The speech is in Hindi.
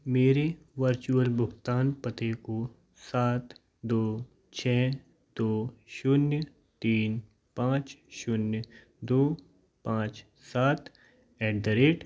मेरे वर्चुअल भुगतान पते को सात दो छः दो शून्य तीन पाँच शून्य दो पाँच सात एट द रेट